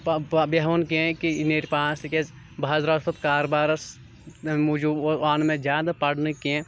بیہوان کیٚنٛہہ کہِ یہِ نیرِ پاس تِکیازِ بہٕ حظ درٛاوُس پَتہٕ کارٕبارَس تَمہِ موٗجوٗب آو نہٕ مےٚ زیادٕ پرنہٕ کیٚنٛہہ